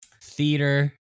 Theater